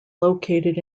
located